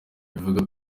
ivuga